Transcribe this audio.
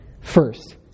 First